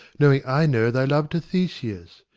knowing i know thy love to theseus?